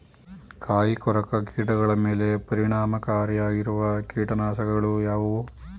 ಕಾಯಿಕೊರಕ ಕೀಟಗಳ ಮೇಲೆ ಪರಿಣಾಮಕಾರಿಯಾಗಿರುವ ಕೀಟನಾಶಗಳು ಯಾವುವು?